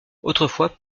autrefois